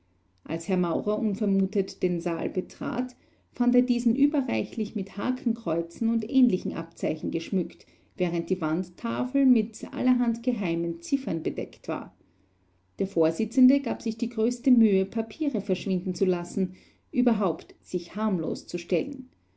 als herr maurer unvermutet den saal betrat fand er diesen überreichlich mit hakenkreuzen und ähnlichen abzeichen geschmückt während die wandtafel mit allerhand geheimen ziffern bedeckt war der vorsitzende gab sich die größte mühe papiere verschwinden zu lassen überhaupt sich harmlos zu stellen